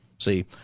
See